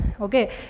okay